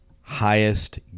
highest